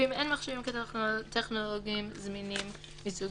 ואם אין מכשירים טכנולוגיים זמינים מסוג